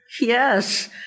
Yes